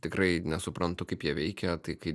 tikrai nesuprantu kaip jie veikia tai kai